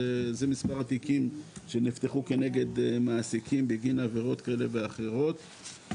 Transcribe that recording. אלו מספר התיקים שנפתחו כנגד מעסיקים בגין עברות כאלה ואחרות.